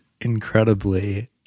incredibly